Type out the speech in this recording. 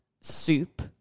Soup